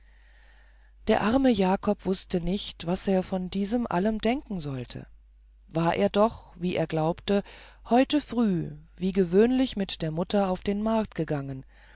der arme jakob wußte nicht was er von diesem allem denken sollte war er doch wie er glaubte heute frühe wie gewöhnlich mit der mutter auf den markt gegangen